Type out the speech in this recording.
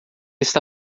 está